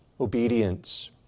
obedience